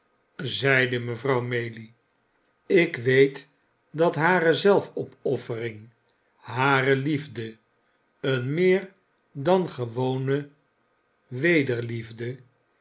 zeide mevrouw maylie ik weet dat hare zelfopoffering hare liefde eene meer dan gewone